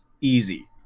easy